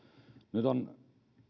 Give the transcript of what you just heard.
nyt on